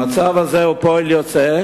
המצב הזה הוא פועל יוצא,